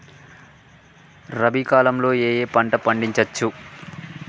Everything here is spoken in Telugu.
రబీ కాలంలో ఏ ఏ పంట పండించచ్చు?